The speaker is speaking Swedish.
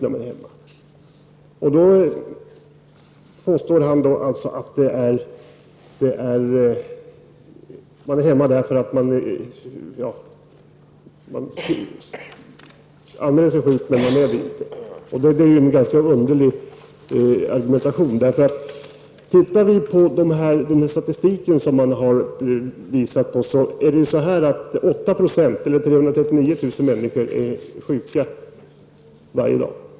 Erik Holmkvist påstår alltså att man anmäler sig sjuk men man är det inte. Det är en ganska underlig argumentation. Enligt den statistik som man har visat oss är 8 % eller 339 000 människor sjuka varje dag.